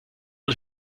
und